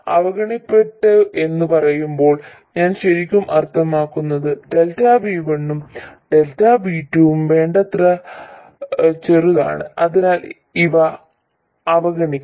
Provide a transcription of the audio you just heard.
അവഗണിക്കപ്പെട്ടു എന്ന് പറയുമ്പോൾ ഞാൻ ശരിക്കും അർത്ഥമാക്കുന്നത് ΔV1 ഉം ΔV2 ഉം വേണ്ടത്ര ചെറുതാണ് അതിനാൽ ഇവ അവഗണിക്കാം